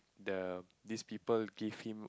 the these people give him